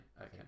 Okay